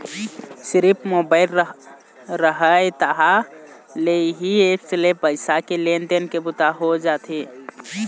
सिरिफ मोबाईल रहय तहाँ ले इही ऐप्स ले पइसा के लेन देन के बूता हो जाथे